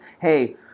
hey